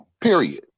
Period